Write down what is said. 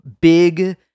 big